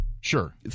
Sure